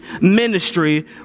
ministry